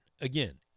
Again